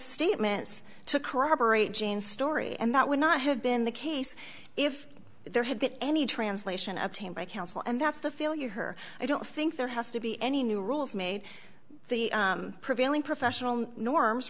statements to corroborate jean's story and that would not have been the case if there had been any translation obtained by counsel and that's the failure her i don't think there has to be any new rules made the prevailing professional norms